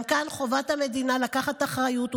גם כאן חובת המדינה לקחת אחריות,